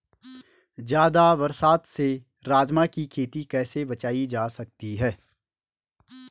ज़्यादा बरसात से राजमा की खेती कैसी बचायी जा सकती है?